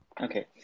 Okay